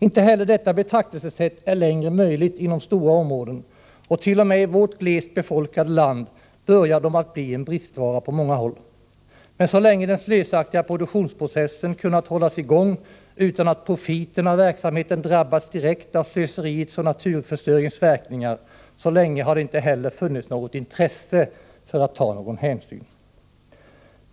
Inte heller detta betraktelsesätt är längre möjligt inom stora områden, och t.o.m. i vårt glest befolkade land börjar de att bli en bristvara på många håll. Men så länge den slösaktiga produktionsprocessen kunnat hållas i gång utan att profiten av verksamheten drabbats direkt av slöseriets och naturförstöringens verkningar, så länge har det inte heller funnits något intresse för att ta någon hänsyn.